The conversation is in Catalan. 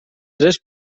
tres